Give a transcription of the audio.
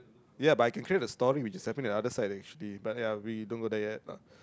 ya but I can create a story which is separate in other side but ya we don't go there yet